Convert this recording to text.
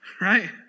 Right